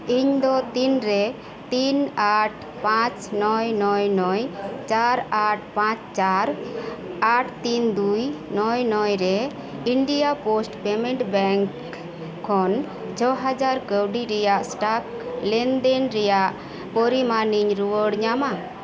ᱤᱧ ᱫᱚ ᱛᱤᱱ ᱨᱮ ᱛᱤᱱ ᱟᱴ ᱯᱟᱸᱪ ᱱᱚᱭ ᱱᱚᱭ ᱱᱚᱭ ᱪᱟᱨ ᱟᱴ ᱯᱟᱸᱪ ᱪᱟᱨ ᱟᱴ ᱛᱤᱱ ᱫᱩᱭ ᱱᱚᱭ ᱱᱚᱭ ᱨᱮ ᱤᱱᱰᱤᱭᱟ ᱯᱳᱥᱴ ᱯᱮᱢᱮᱱᱴ ᱵᱮᱝ ᱨᱮ ᱠᱷᱚᱱ ᱪᱷᱚ ᱦᱟᱡᱟᱨ ᱠᱟᱹᱣᱰᱤ ᱨᱮᱭᱟᱜ ᱥᱴᱟᱠ ᱞᱮᱱᱫᱮᱱ ᱨᱮᱭᱟᱜ ᱯᱚᱨᱤᱢᱟᱱᱤᱧ ᱨᱩᱣᱟᱹᱲ ᱧᱟᱢᱟ